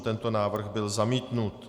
Tento návrh byl zamítnut.